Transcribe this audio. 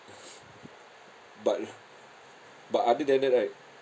but but other than that right